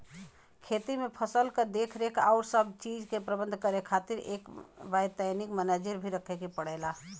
खेती में फसल क देखरेख आउर सब चीज के प्रबंध करे खातिर एक वैतनिक मनेजर भी रखे के पड़ला